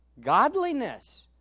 godliness